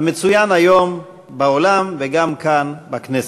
המצוין היום בעולם וגם כאן בכנסת.